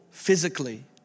Physically